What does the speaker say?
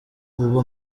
ubu